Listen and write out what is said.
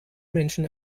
menschen